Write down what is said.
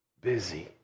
busy